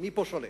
מי פה שולט?